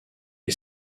est